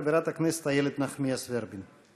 חברת הכנסת איילת נחמיאס ורבין.